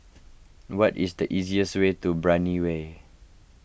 what is the easiest way to Brani Way